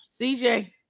CJ